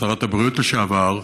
שרת הבריאות לשעבר,